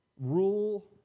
rule